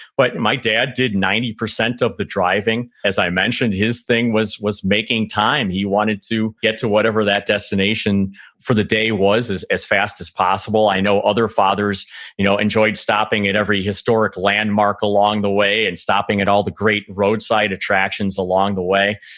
but my dad did ninety percent of the driving. as i mentioned, his thing was was making time. he wanted to get whatever that destination for the day was as as fast as possible. i know other fathers you know enjoyed stopping at every historic landmark along the way, and stopping at all the great roadside attractions along the way.